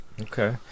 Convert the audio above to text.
Okay